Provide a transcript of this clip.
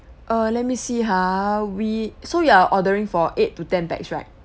err let me see ha we so you are ordering for eight to ten pax right